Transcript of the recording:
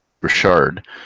Richard